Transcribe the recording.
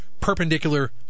perpendicular